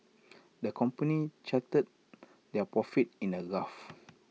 the company charted their profits in the graph